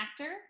actor